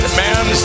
man